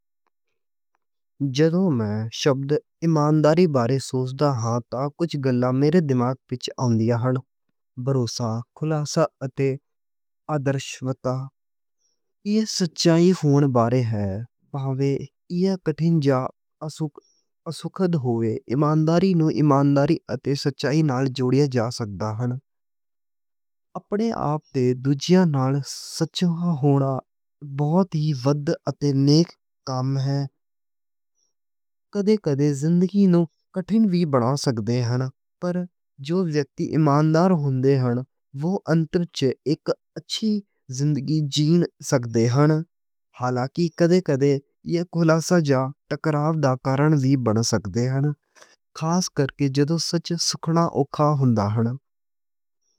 جدوں میں شبد ایمانداری بارے سوچدا ہاں تاں کجھ گلاں میرے دماغ پچھے آؤندیاں نیں۔ بھروسہ، کھلاسا اتے آدرشتا ایہہ سچائی ہون بارے نیں۔ بھاویں ایہہ کٹھن جاں آسان ہوون۔ ایمانداری نوں ایمانداری اتے سچائی نال جوڑیا جا سکدا نیں۔ اپنے آپ تے دوجیاں نال سچ مچ ہونا بہت ہی وڈا اتے نیک کم ہے۔ کدے کدے زندگی نوں کٹھن وی بنا سکدے نیں۔ پر جو ویکتی ایماندار ہندے نیں۔ اوہ اندر وِچ اک اچھی زندگی جین سکدے نیں۔ ہالانکہ کدے کدے ایہہ کھلاسا جاں ٹکراو دا کارن وی بن سکدے نیں۔ خاص کرکے جدوں سچ سننا اوکھا ہوندا نیں۔